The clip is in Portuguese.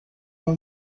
uma